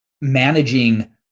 managing